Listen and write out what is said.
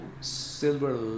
silver